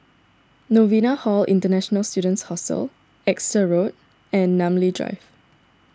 Novena Hall International Students Hostel Exeter Road and Namly Drive